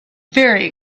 very